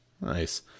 nice